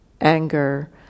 anger